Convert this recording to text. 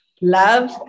love